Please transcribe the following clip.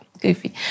goofy